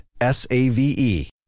S-A-V-E